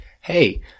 hey